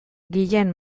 guillem